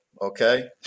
okay